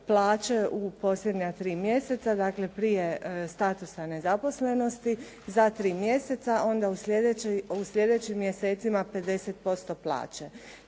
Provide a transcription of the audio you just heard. u posljednja tri mjeseca, dakle prije statusa nezaposlenosti za tri mjeseca, onda u sljedećim mjesecima 50% plaće.